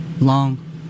Long